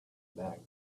back